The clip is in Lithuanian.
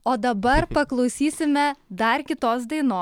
o dabar paklausysime dar kitos dainos